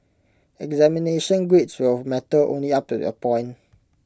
examination grades will matter only up A point